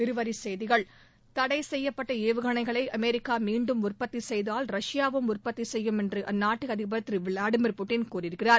இருவரிச் செய்திகள் தடை செய்யப்பட்ட ஏவுகணைகளை அமெரிக்கா மீண்டும் உற்பத்தி செய்தால் ரஷ்யாவும் உற்பத்தி செய்யும் என்று அந்நாட்டு அதிபர் திரு விளாடிமிர் புடின் கூறியிருக்கிறார்